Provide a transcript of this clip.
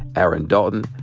aaron dalton,